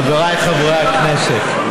חבריי חברי הכנסת,